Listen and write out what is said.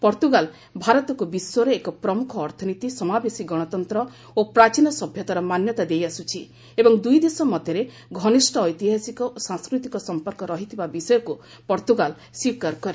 Portugal ଭାରତକୁ ବିଶ୍ୱର ଏକ ପ୍ରମୁଖ ଅର୍ଥନୀତି ସମାବେଶୀ ଗଣତନ୍ତ୍ର ଓ ପ୍ରାଚୀନ ସଭ୍ୟତାର ମାନ୍ୟତା ଦେଇଆସୁଛି ଏବଂ ଦୁଇ ଦେଶ ମଧ୍ୟରେ ଘନିଷ୍ଠ ଐତିହାସିକ ଓ ସାଂସ୍କୃତିକ ସମ୍ପର୍କ ରହିଥିବା ବିଷୟକୁ ପର୍ତ୍ତୃଗାଲ୍ ସ୍ୱୀକାର କରେ